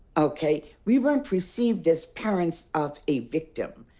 ok? we weren't received as parents of a victim.